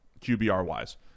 QBR-wise